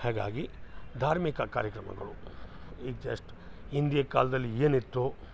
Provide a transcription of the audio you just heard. ಹಾಗಾಗಿ ಧಾರ್ಮಿಕ ಕಾರ್ಯಕ್ರಮಗಳು ಈಗ ಜಸ್ಟ್ ಹಿಂದಿನ ಕಾಲದಲ್ಲಿ ಏನಿತ್ತು